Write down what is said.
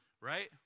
right